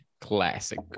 Classic